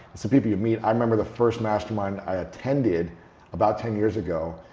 it's the people you meet. i remember the first mastermind i attended about ten years ago.